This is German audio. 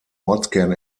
ortskern